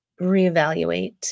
reevaluate